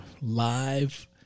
live